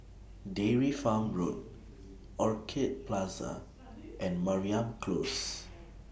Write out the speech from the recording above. Dairy Farm Road Orchid Plaza and Mariam Close